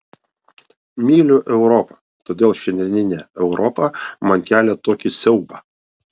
myliu europą todėl šiandieninė europa man kelia tokį siaubą